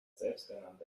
selbsternannte